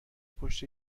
پشت